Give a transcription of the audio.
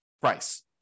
price